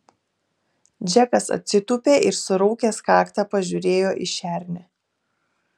džekas atsitūpė ir suraukęs kaktą pažiūrėjo į šernę